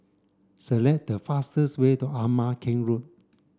select the fastest way to Ama Keng Road